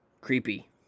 creepy